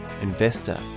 investor